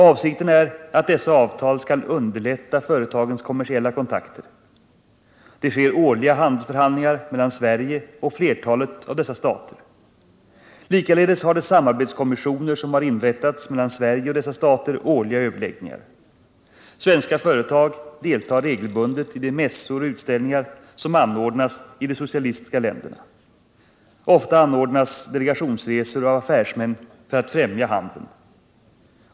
Avsikten är att dessa avtal skall underlätta företagens kommersiella kontakter. Det sker årliga handelsförhandlingar mellan Sverige och flertalet av dessa stater. Likaledes har de samarbetskommissioner som har inrättats mellan Sverige och dessa stater årliga överläggningar. Svenska företag deltar regelbundet i de mässor och utställningar som ordnas i de socialistiska länderna. Ofta anordnas delegationsresor för affärsmän för att främja handeln.